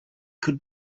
could